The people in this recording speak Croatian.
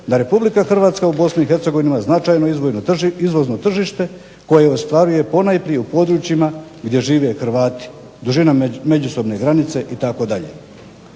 da RH u BiH ima značajno izvozno tržište koje ostvaruje ponajprije u područjima gdje žive Hrvati, dužina međusobne granice itd.